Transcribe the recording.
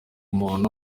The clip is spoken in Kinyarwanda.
umuntu